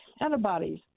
antibodies